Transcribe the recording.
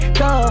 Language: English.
go